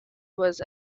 was